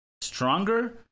stronger